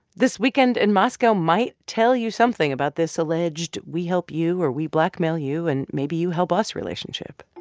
this weekend in moscow might tell you something about this alleged we help you, or, we blackmail you and maybe you help us relationship